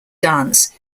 dance